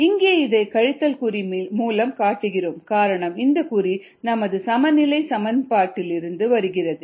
இங்கே இதை கழித்தல் குறி மூலம் காட்டுகிறோம் காரணம் இந்த குறி நமது சமநிலை சமன்பாட்டிலிருந்து வருகிறது